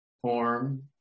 Form